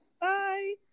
Bye